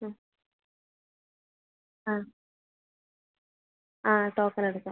ആ ആ ടോക്കൺ എടുക്കാം